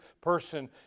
person